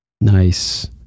Nice